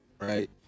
right